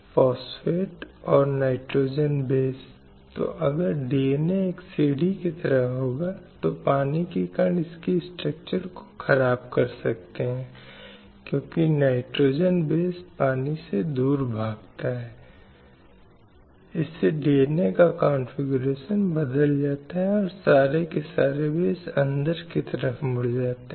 इसलिए विभिन्न प्रथाएं हैं जो अस्तित्व में हैं और ये प्रथाएं महिलाओं के प्रति लक्षित हैं और यह बहुत महत्वपूर्ण है कि व्यक्तिगत राष्ट्र राज्य उस हिंसा को नियंत्रित करने के लिए और यह देखने के लिए उचित उपाय करें कि कहीं न कहीं यह प्रभावी रूप से अंकुश है और इस उद्देश्य के लिए न केवल कानून बल्कि वह संस्था भी है जिसके द्वारा न्याय दिया जाता है